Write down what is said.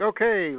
Okay